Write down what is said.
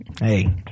Hey